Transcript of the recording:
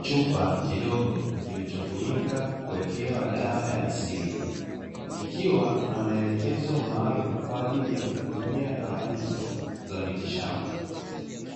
Chupa kidogo kilichotumika kuwekewa dawa ya asili, kikiwa na maelekezo maalumu kwa ajili ya kutumia dawa hizo za miti, shamba,